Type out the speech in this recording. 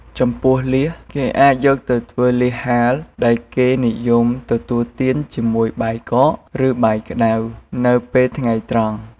ចំពោះលៀស គេអាចយកវាទៅធ្វើលៀសហាល ដែលគេនិយមទទូលទានជាមួយបាយកក ឬបាយក្តៅ នៅពេលថ្ងៃត្រង់។